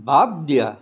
বাদ দিয়া